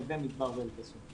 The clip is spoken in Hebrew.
נווה מדבר ואל קסום.